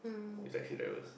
is like hilarious